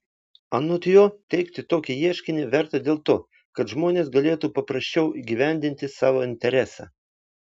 anot jo teikti tokį ieškinį verta dėl to kad žmonės galėtų paprasčiau įgyvendinti savo interesą